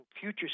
future